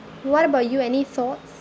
what about you any thoughts